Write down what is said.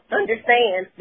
understand